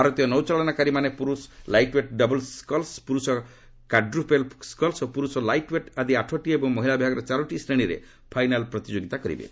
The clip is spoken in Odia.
ଭାରତୀୟ ନୌଚାଳନାକାରୀମାନେ ପୁରୁଷ ଲାଇଟ୍ୱେଟ୍ ଡବଲ୍ସ ସ୍କୁଲ୍ସ୍ ପୁରୁଷ କାଡ୍ରୁପେଲ୍ ସ୍କୁଲ୍ସ୍ ଓ ପୁରୁଷ ଲାଇଟ୍ୱେଟ୍ ଆଦି ଆଠଟି ଏବଂ ମହିଳା ବିଭାଗର ଚାରୋଟି ଶ୍ରେଣୀରେ ଫାଇନାଲ୍ ପ୍ରତିଯୋଗିତା କରିବେ